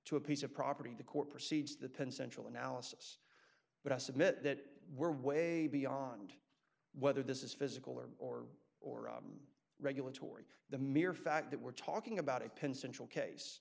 to a piece of property the core proceeds that then central analysis but i submit that we're way beyond whether this is physical or or or regulatory the mere fact that we're talking about a pin central case